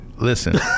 listen